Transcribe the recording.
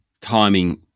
timing